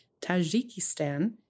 Tajikistan